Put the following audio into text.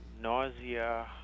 nausea